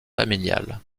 familiale